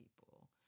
people